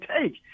take